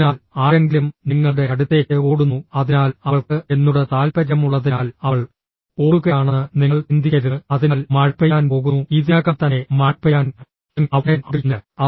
അതിനാൽ ആരെങ്കിലും നിങ്ങളുടെ അടുത്തേക്ക് ഓടുന്നു അതിനാൽ അവൾക്ക് എന്നോട് താൽപ്പര്യമുള്ളതിനാൽ അവൾ ഓടുകയാണെന്ന് നിങ്ങൾ ചിന്തിക്കരുത് അതിനാൽ മഴ പെയ്യാൻ പോകുന്നു ഇതിനകം തന്നെ മഴ പെയ്യാൻ തുടങ്ങി അവൾ നനയാൻ ആഗ്രഹിക്കുന്നില്ല